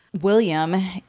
William